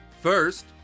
First